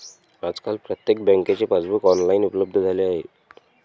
आजकाल प्रत्येक बँकेचे पासबुक ऑनलाइन उपलब्ध झाले आहे